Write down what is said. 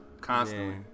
Constantly